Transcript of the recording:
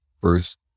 first